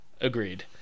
Agreed